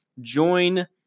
join